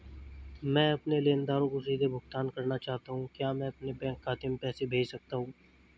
मैं अपने लेनदारों को सीधे भुगतान करना चाहता हूँ क्या मैं अपने बैंक खाते में पैसा भेज सकता हूँ?